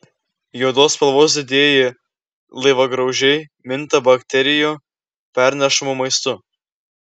juodos spalvos didieji laivagraužiai minta bakterijų pernešamu maistu